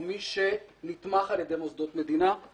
או מי שנתמך על ידי מוסדות מדינה,